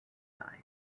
die